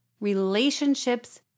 Relationships